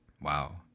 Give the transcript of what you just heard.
Wow